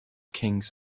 kings